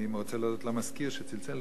אני רוצה להודות למזכיר שצלצל,